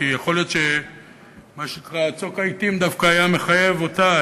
כי יכול להיות שצוק העתים דווקא היה מחייב אותה,